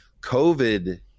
COVID